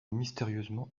mystérieusement